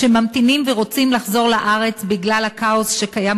שממתינים ורוצים לחזור לארץ בגלל הכאוס שקיים,